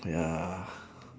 ya